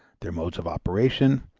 their modes of operation,